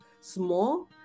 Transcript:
small